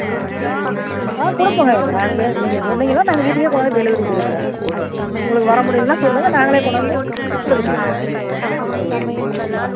ஆ ஆ கொடுப்போங்க நாங்கள் வே நீங்கள் சொன்னிங்கன்னா நாங்கள் வீட்டுக்கே கொண்டு வந்து டெலிவரி கொடுப்போம் உங்களுக்கு வர முடியிலைனா சொல்லுங்கள் நாங்களே கொண்டு வந்து கொடுத்துட்டு வரோம் எங்களுக்கு ஒரு பிரச்சனையும் இல்லைங்க